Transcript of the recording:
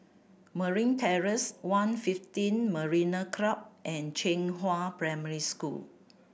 Marine Terrace One Fifteen Marina Club and Zhenghua Primary School